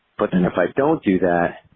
but then if i don't do that,